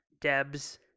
deb's